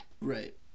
Right